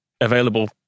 available